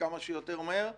וכמה שיותר מהר.